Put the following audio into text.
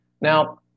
Now